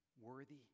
worthy